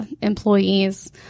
employees